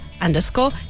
underscore